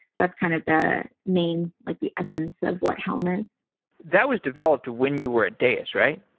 that's kind of the main, like the essence of what helm is that was developed when you were at deis, right?